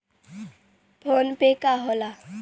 PhonePe का होला?